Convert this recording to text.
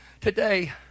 today